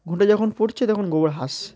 ঘুঁটে যন পুড়ছে তখন গোবর হাসছে